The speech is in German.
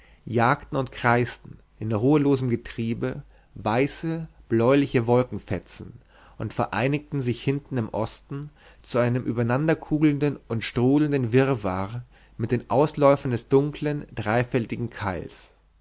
jagten und kreisten in ruhelosem getriebe weiße bläuliche wolkenfetzen und vereinigten sich hinten im osten zu einem übereinander kugelnden und strudelnden wirrwarr mit den ausläufern des dunklen dreifältigen keils